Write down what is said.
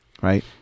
Right